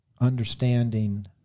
understanding